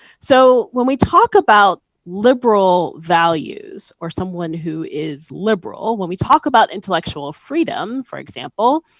so when we talk about liberal values or someone who is liberal, when we talk about intellectual freedom, for example,